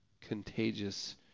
Contagious